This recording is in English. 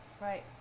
right